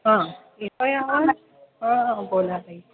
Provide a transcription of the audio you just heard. हां येतो आहे आवाज हां बोला ताई